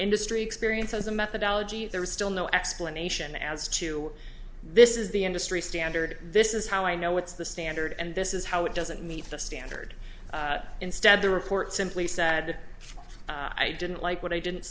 industry experience as a methodology there is still no explanation as to this is the industry standard this is how i know what's the standard and this is how it doesn't meet the standard instead the report simply said i didn't like what i didn't